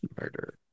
murder